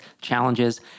challenges